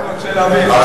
אני רק רוצה להבין.